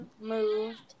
moved